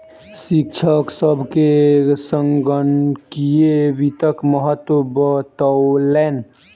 शिक्षक सभ के संगणकीय वित्तक महत्त्व बतौलैन